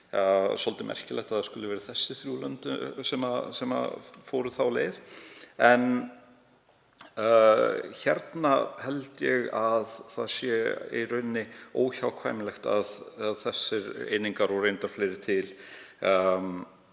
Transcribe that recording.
svolítið merkilegt að það skuli vera þessi þrjú lönd sem fóru þá leið. En hér held ég að óhjákvæmilegt sé að þessar einingar og reyndar fleiri til